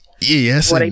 yes